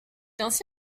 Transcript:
ainsi